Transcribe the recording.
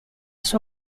sua